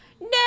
No